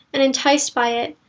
and enticed by it,